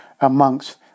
amongst